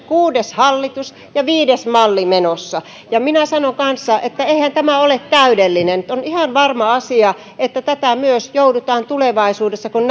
kuudes hallitus ja viides malli menossa ja minä sanon kanssa että eihän tämä ole täydellinen on ihan varma asia että tätä myös joudutaan tulevaisuudessa kun